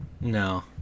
No